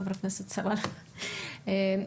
הצבעה בעד,